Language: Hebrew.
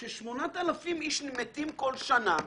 כאשר 8000 איש מתים כל שנה